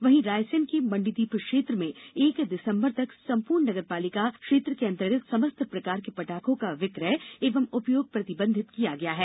वहीं रायसेन के मण्डीदीप क्षेत्र में एक दिसम्बर तक सम्पूर्ण नगर पालिका के क्षेत्र के अंतर्गत समस्त प्रकार के पटाखों का विक्रय एवं उपयोग प्रतिबंधित किया गया है